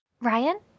Ryan